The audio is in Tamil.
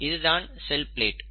இதுதான் செல் பிளேட்